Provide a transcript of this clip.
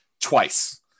twice